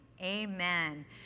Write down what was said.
amen